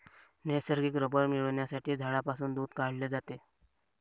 नैसर्गिक रबर मिळविण्यासाठी झाडांपासून दूध काढले जाते